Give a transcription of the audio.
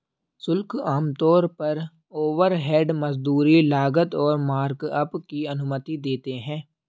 शुल्क आमतौर पर ओवरहेड, मजदूरी, लागत और मार्कअप की अनुमति देते हैं